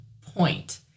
point